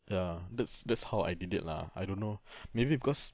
ya that's that's how I did it lah I don't know maybe because